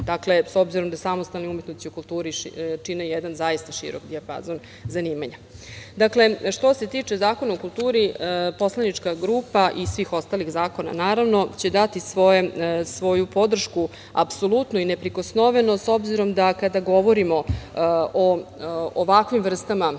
tema, s obzirom da samostalni umetnici u kulturi čine jedan zaista širok dijapazon zanimanja. Što se tiče Zakona o kulturi, poslanička grupa i svih ostalih zakona, naravno, će dati svoju podršku apsolutno i neprikosnoveno s obzirom da kada govorimo o ovakvim vrstama izmena